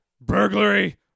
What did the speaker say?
burglary